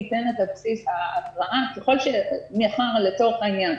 ניתנת על בסיס לצורך העניין,